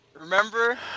Remember